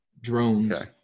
drones